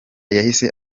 yahise